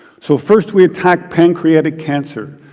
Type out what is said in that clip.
so first, we attack pancreatic cancer.